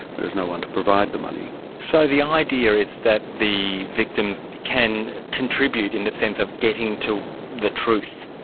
there is no-one to provide the money. so the idea is that the victims can contribute in the sense of getting to the truth.